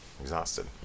exhausted